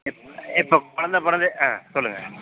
இப் இப்போ கொழந்தை பிறந்து ஆ சொல்லுங்கள்